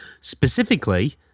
Specifically